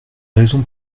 raison